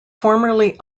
formerly